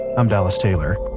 i'm dallas taylor.